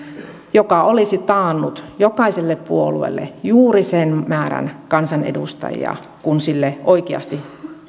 joka olisi taannut jokaiselle puolueelle juuri sen määrän kansanedustajia kuin sille oikeasti